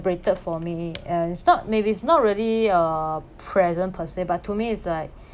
~brated for me and it's not maybe it's not really a present per say but to me is like